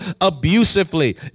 abusively